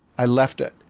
i left it.